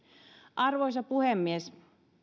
arvoisa puhemies